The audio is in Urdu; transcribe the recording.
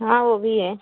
ہاں وہ بھی ہے